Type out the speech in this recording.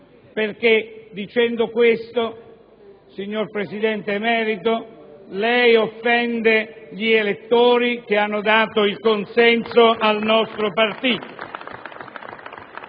perché dicendo questo, signor Presidente emerito, lei offende gli elettori che hanno dato il consenso al nostro partito